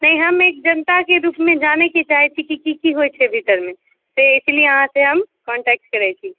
नहि हम एक जनताके रूपमे जानयके चाहैत छी कि की की होइत छै भीतरमे से इसलिए अहाँसँ हम कॉन्टेक्ट करैत छी